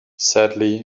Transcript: sadly